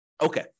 Okay